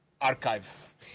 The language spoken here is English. archive